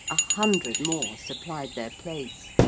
a hundred more supplied their place.